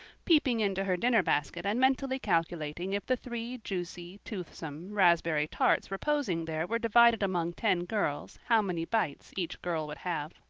peeping into her dinner basket and mentally calculating if the three juicy, toothsome, raspberry tarts reposing there were divided among ten girls how many bites each girl would have.